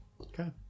Okay